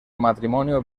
matrimonio